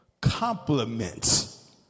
compliments